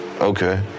Okay